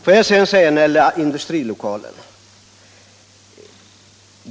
Låt mig sedan säga några ord beträffande kommunala industrilokaler.